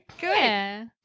Good